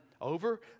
over